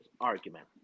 argument